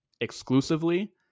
exclusively